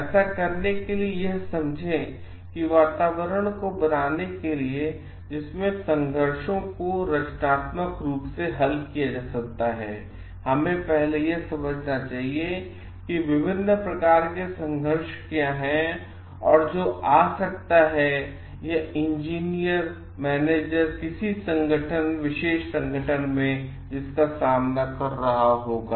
ऐसा करने के लिए यह समझें कि एक वातावरण बनाने के लिए जिसमें संघर्षों को रचनात्मक रूप से हल किया जा सकता है हमें पहले यह समझना चाहिए कि विभिन्न प्रकार के संघर्ष क्या हैं जो आ सकता है या इंजीनियर मैनेजर किसी विशेष संगठन में जिसका सामना कर रहा होगा